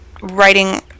writing